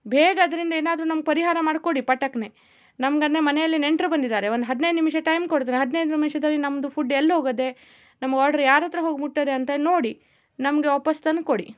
ಬೇಗ ಅದರಿಂದ ಏನಾದರೂ ನಮ್ಗೆ ಪರಿಹಾರ ಮಾಡಿ ಕೊಡಿ ಪಟಕ್ಕನೆ ನಮ್ಮ ಮನೆಯಲ್ಲಿ ನೆಂಟ್ರು ಬಂದಿದ್ದಾರೆ ಒಂದು ಹದ್ನೈದು ನಿಮಿಷ ಟೈಮ್ ಕೊಡದ್ರೆ ಹದ್ನೈದು ನಿಮಿಷದಲ್ಲಿ ನಮ್ಮದು ಫುಡ್ ಎಲ್ಲೋಗಿದೆ ನಮ್ಮ ಆರ್ಡರ್ ಯಾರ ಹತ್ರ ಹೋಗಿ ಮುಟ್ಟಿದೆ ಅಂತ ನೋಡಿ ನಮಗೆ ವಾಪಸ್ಸು ತಂದು ಕೊಡಿ